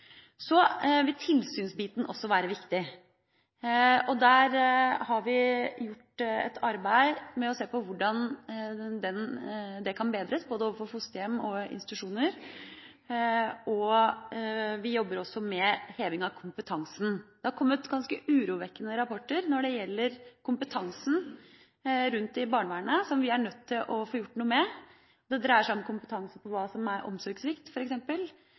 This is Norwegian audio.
Så vil tilsynsbiten også være viktig. Vi har gjort et arbeid med å se på hvordan det kan bedres, både overfor fosterhjem og institusjoner. Vi jobber også med heving av kompetansen. Det har kommet ganske urovekkende rapporter når det gjelder kompetansen i barnevernet, som vi er nødt til å få gjort noe med. Det dreier seg f.eks. om kompetanse på hva som er